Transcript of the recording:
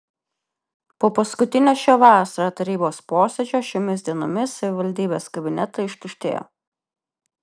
po paskutinio šią vasarą tarybos posėdžio šiomis dienomis savivaldybės kabinetai ištuštėjo